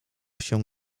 się